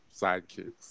sidekicks